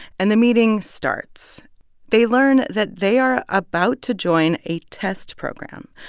and the meeting starts they learn that they are about to join a test program,